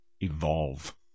evolve